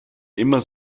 immer